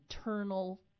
eternal